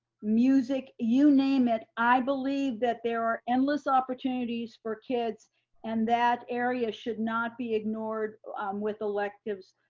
music, you name it. i believe that there are endless opportunities for kids and that area should not be ignored with electives,